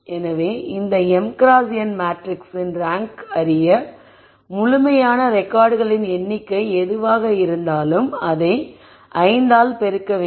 எனவே இந்த m x n மேட்ரிக்ஸின் ரேங்க் அறிய முழுமையான ரெகார்ட்களின் எண்ணிக்கை எதுவாக இருந்தாலும் அதை 5 ஆல் பெருக்க வேண்டும்